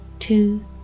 two